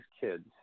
kids